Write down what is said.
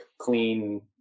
clean